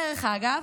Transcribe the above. דרך אגב,